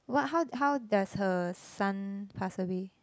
what how how does her son pass away